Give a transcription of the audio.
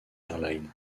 airlines